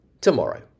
tomorrow